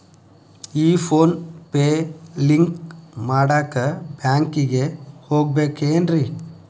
ಈ PhonePe link ಮಾಡಾಕ ಬ್ಯಾಂಕಿಗೆ ಹೋಗ್ಬೇಕೇನ್ರಿ?